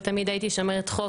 ותמיד הייתי שומרת חוק.